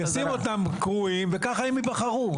שישים אותם קרואים וככה הם ייבחרו.